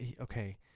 Okay